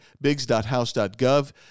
bigs.house.gov